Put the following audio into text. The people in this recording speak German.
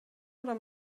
oder